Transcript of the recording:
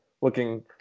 looking